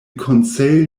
conseil